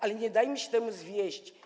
Ale nie dajmy się temu zwieść.